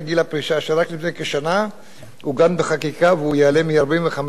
שרק לפני כשנה עוגן בחקיקה והוא יעלה מ-45 ל-50.